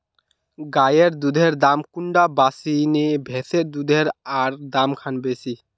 गायेर दुधेर दाम कुंडा बासी ने भैंसेर दुधेर र दाम खान बासी?